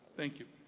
thank you.